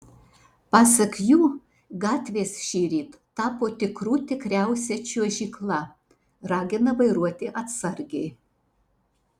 pasak jų gatvės šįryt tapo tikrų tikriausia čiuožykla ragina vairuoti atsargiai